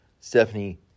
Stephanie